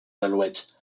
l’alouette